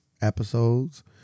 episodes